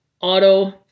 Auto